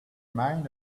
mind